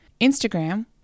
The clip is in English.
Instagram